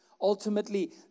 Ultimately